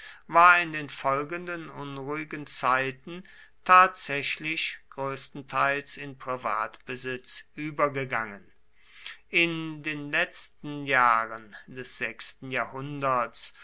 war in den folgenden unruhigen zeiten tatsächlich größtenteils in privatbesitz übergegangen in den letzten jahren des sechsten jahrhunderts